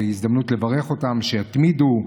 זו הזדמנות לברך אותם שיתמידו,